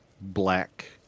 black